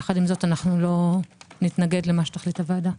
יחד עם זאת לא נתנגד למה שתחליט הוועדה.